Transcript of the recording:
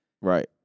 Right